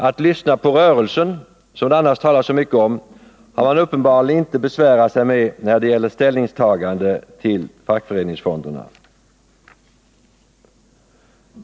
Att lyssna på rörelsen, som det annars talas så mycket om, har man uppenbarligen inte besvärat sig med när det gäller ställningstagandet till fackföreningsfonderna.